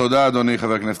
תודה, אדוני, חבר הכנסת